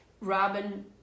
Robin